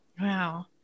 wow